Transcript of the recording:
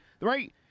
right